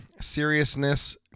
seriousness